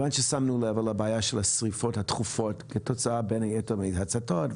כמובן ששמנו לב לבעיה של השריפות התכופות כתוצאה בין היתר מהצתות,